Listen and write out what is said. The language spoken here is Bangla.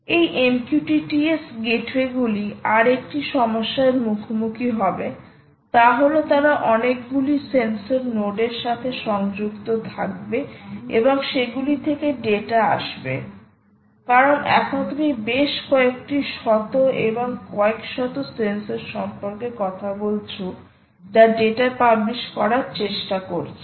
এই MQTT S গেটওয়েগুলি আর একটি সমস্যার মুখোমুখি হবেতা হল তারা অনেকগুলি সেন্সর নোড এর সাথে সংযুক্ত থাকবে এবং সেগুলি থেকে ডেটা আসবে কারণ এখন তুমি বেশ কয়েকটি শত এবং কয়েকশত সেন্সর সম্পর্কে কথাবলছো যা ডেটা পাবলিশ করার চেষ্টা করছে